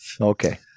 okay